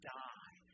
die